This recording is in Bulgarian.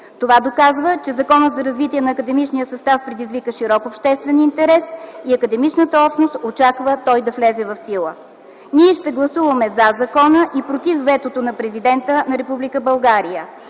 Това доказва, че Законът за развитие на академичния състав предизвика широк обществен интерес и академичната общност очаква той да влезе в сила. Ние ще гласуваме „за” закона и „против” ветото на Президента на Република